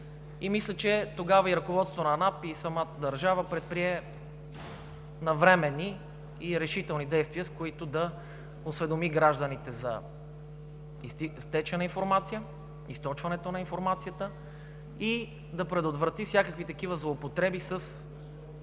Мисля, че тогава и ръководството на НАП, и самата държава предприе навременни и решителни действия, с които да осведоми гражданите за източването на информацията и да предотврати всякакви такива злоупотреби с